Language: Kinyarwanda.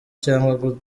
cyangwa